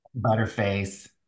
Butterface